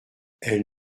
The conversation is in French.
elle